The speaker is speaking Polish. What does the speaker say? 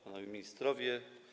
Panowie Ministrowie!